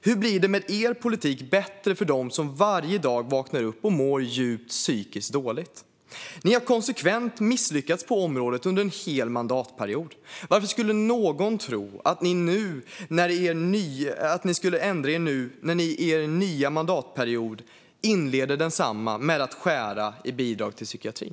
Hur blir det med er politik bättre för dem som varje dag vaknar upp och mår djupt psykiskt dåligt? Ni har konsekvent misslyckats på området under en hel mandatperiod. Varför skulle någon tro att ni skulle ändra er nu när ni inleder er nya mandatperiod med att skära i bidrag till psykiatrin?